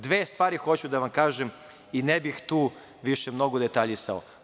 Dve stvari hoću da vam kažem i ne bih tu mnogo više detaljisao.